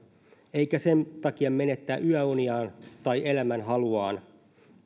eikä sen takia menettää yöuniaan tai elämänhaluaan